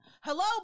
Hello